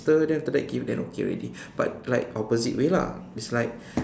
sugar then after that give then okay already but like opposite way lah it's like